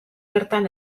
bertan